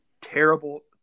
terrible